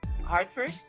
Hartford